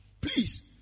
Please